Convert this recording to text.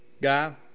guy